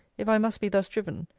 if i must be thus driven,